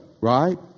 right